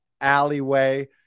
alleyway